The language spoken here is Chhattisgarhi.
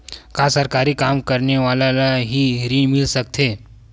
का सरकारी काम करने वाले ल हि ऋण मिल सकथे?